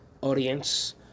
audience